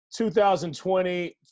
2020